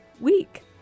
week